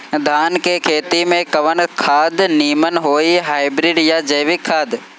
धान के खेती में कवन खाद नीमन होई हाइब्रिड या जैविक खाद?